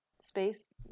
space